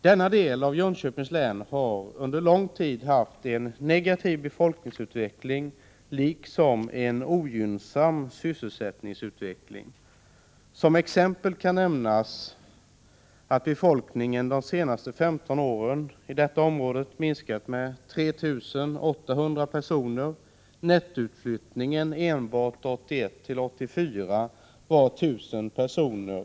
Denna del av Jönköpings län har under en lång tid haft en negativ befolkningsutveckling liksom en ogynnsam sysselsättningsutveckling: Som exempel kan nämnas att befolkningen de senaste 15 åren i detta område minskat med 3 800 personer. Nettoutflyttningen enbart 1981-1984 var 1 000 personer.